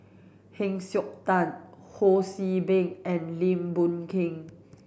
Heng Siok Tian Ho See Beng and Lim Boon Keng